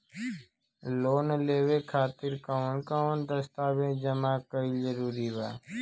Loan लेवे खातिर कवन कवन दस्तावेज जमा कइल जरूरी बा?